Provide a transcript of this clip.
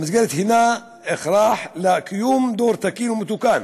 המסגרת הִנה הכרח לקיום דור תקין ומתוקן